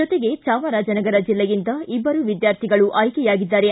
ಜೊತೆಗೆ ಚಾಮರಾಜನಗರ ಜಿಲ್ಲೆಯಿಂದ ಇಬ್ಬರು ವಿದ್ಯಾರ್ಥಿಗಳು ಆಯ್ಕೆಯಾಗಿದ್ದಾರೆ